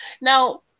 Now